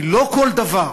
כי לא כל דבר,